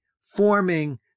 forming